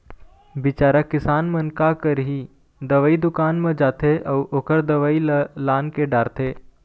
बिचारा किसान मन का करही, दवई दुकान म जाथे अउ ओखर दवई ल लानके डारथे